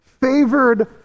favored